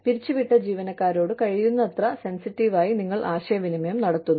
പിരിച്ചുവിട്ട ജീവനക്കാരോട് കഴിയുന്നത്ര സെൻസിറ്റീവായി നിങ്ങൾ ആശയവിനിമയം നടത്തുന്നു